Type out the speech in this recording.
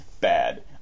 Bad